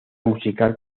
musical